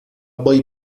boy